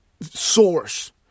source